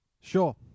Sure